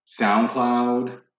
SoundCloud